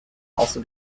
also